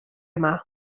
yma